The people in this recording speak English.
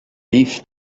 leafed